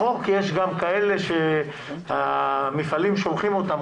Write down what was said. בחוק יש גם עובדים שהמפעלים שולחים אותם